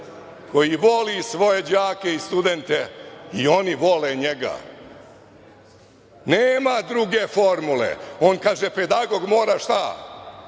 koji voli svoje đake i studente i oni vole njega. Nema druge formule. Kaže – pedagog mora da